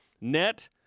Net